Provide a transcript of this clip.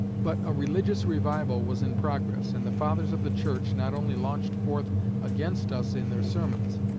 but a religious revival was in progress, and the fathers of the church not only launched forth against us in their sermons,